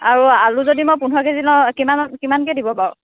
আৰু আলু যদি মই পোন্ধৰ কে জি লওঁ কিমানত কিমানকৈ দিব বাও